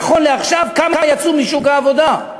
נכון לעכשיו, כמה יצאו משוק העבודה.